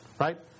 Right